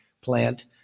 plant